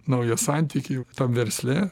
naują santykį tam versle